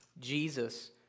Jesus